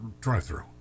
drive-through